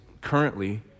currently